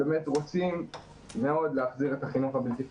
ורוצים מאוד להחזיר את החינוך הבלתי פורמלי.